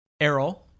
Errol